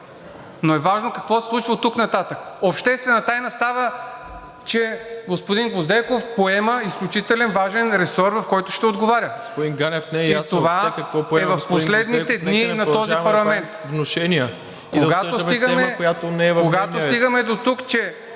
Но е важно какво се случва оттук нататък. Обществена тайна става, че господин Гвоздейков поема изключително важен ресор, за който ще отговаря. И това е в последните дни на този парламент. ПРЕДСЕДАТЕЛ МИРОСЛАВ